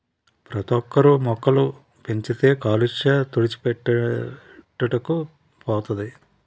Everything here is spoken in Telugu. ప్రతోక్కరు మొక్కలు పెంచితే కాలుష్య తుడిచిపెట్టుకు పోతది